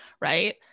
right